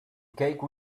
cake